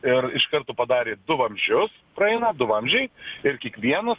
ir iš karto padarė du vamzdžius praeina du vamzdžiai ir kiekvienas